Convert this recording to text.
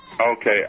Okay